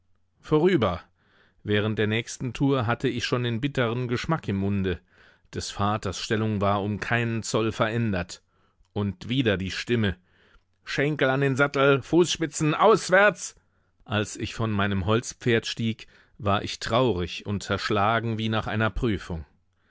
vorüber während der nächsten tour hatte ich schon den bitteren geschmack im munde des vaters stellung war um keinen zoll verändert und wieder die stimme schenkel an den sattel fußspitzen auswärts als ich von meinem holzpferd stieg war ich traurig und zerschlagen wie nach einer prüfung